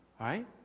right